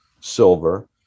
silver